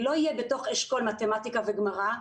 לא יהיה בתוך אשכול מתמטיקה וגמרא,